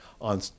on